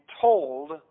told